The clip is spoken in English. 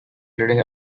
leading